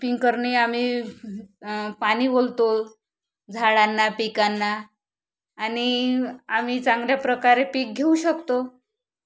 पिंकरनी आम्ही पाणी बोलतो झाडांना पिकांना आणि आम्ही चांगल्या प्रकारे पीक घेऊ शकतो